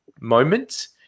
moments